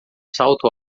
salto